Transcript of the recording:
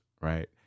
right